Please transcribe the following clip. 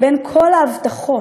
בין כל ההבטחות